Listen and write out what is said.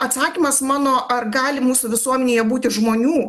atsakymas mano ar gali mūsų visuomenėje būti žmonių